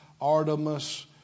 Artemis